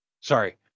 Sorry